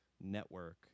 network